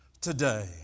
today